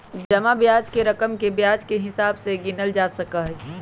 जमा ब्याज के रकम के ब्याज के हिसाब से गिनल जा सका हई